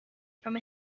from